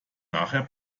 nachher